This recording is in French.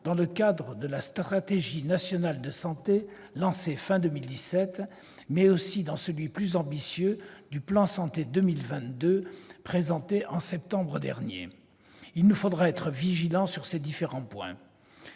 dans le cadre de la stratégie nationale de santé lancée à la fin de 2017, mais aussi dans celui, plus ambitieux, du plan « Ma santé 2022 » présenté en septembre dernier. Il nous faudra être vigilants sur ces différents points,